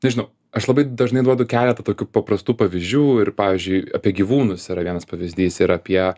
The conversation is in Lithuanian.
nežinau aš labai dažnai duodu keletą tokių paprastų pavyzdžių ir pavyzdžiui apie gyvūnus yra vienas pavyzdys ir apie